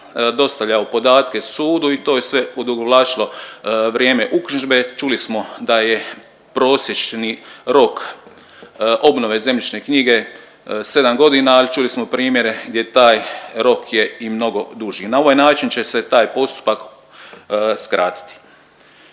dostavljao podatke sudu i to je sve odugovlačilo vrijeme uknjižbe. Čuli smo da je prosječni rok obnove zemljišne knjige 7 godina, ali čuli smo primjere gdje taj rok je i mnogo duži. Na ovaj način će se taj postupak skratiti.